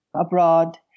abroad